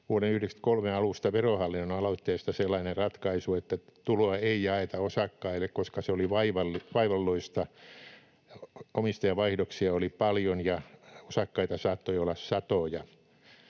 vuoden 93 alusta Verohallinnon aloitteesta sellainen ratkaisu, että tuloa ei jaeta osakkaille, koska se oli vaivalloista. Omistajanvaihdoksia oli paljon, ja osakkaita saattoi olla satoja.